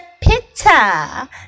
Pizza